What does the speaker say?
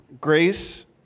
grace